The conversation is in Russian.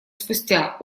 спустя